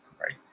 right